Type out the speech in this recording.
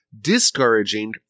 discouraging